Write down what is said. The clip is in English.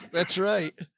that's right.